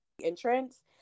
entrance